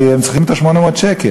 כי הם צריכים את 800 השקל,